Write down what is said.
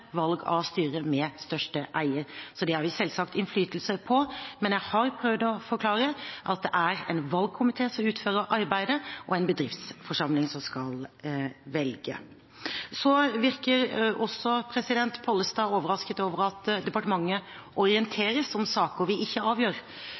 valg av styre med største eier, så det har vi selvsagt innflytelse på. Men jeg har prøvd å forklare at det er en valgkomité som utfører arbeidet og en bedriftsforsamling som skal velge. Så virker Pollestad overrasket over at departementet orienteres om saker vi ikke avgjør.